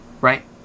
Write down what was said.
Right